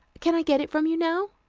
can i get it from you now?